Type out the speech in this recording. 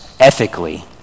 Ethically